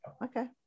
Okay